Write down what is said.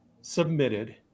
submitted